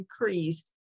increased